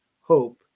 hope